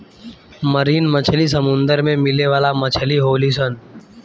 marine मछली समुंदर में मिले वाला मछली होली सन